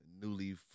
newly